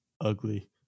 ugly